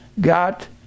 got